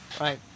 right